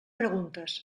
preguntes